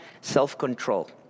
self-control